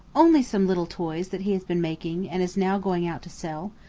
only some little toys that he has been making, and is now going out to sell,